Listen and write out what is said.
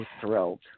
thrilled